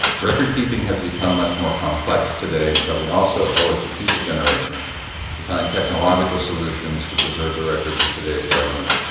recordkeeping has become much more complex today, but we also owe it to future generations to find technological solutions to preserve the records of today's government.